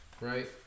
right